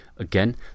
Again